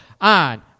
on